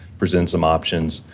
present some options,